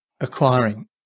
acquiring